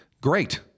Great